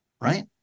right